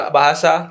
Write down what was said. Bahasa